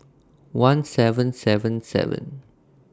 one seven seven seven